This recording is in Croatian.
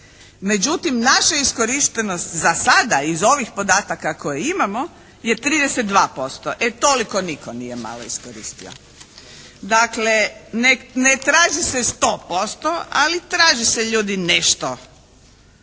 Međutim, naša iskorištenost za sada iz ovih podataka koje imamo je 32%. E toliko nitko nije malo iskoristio. Dakle, ne traži se 100%, ali traži se ljudi nešto